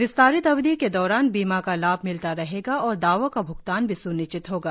विस्तारित अवधि के दौरान बीमा का लाभ मिलता रहेगा और दावों का भ्गतान भी स्निश्चित होगा